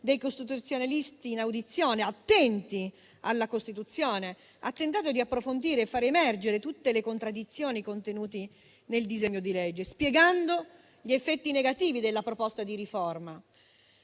dei costituzionalisti in audizione, attenti alla Costituzione, ha tentato di approfondire e far emergere tutte le contraddizioni contenute nel disegno di legge, spiegando gli effetti negativi della proposta di riforma.